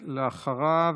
אחריו,